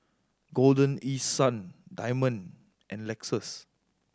Golden East Sun Diamond and Lexus